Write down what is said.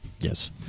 Yes